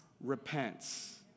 repents